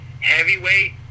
Heavyweight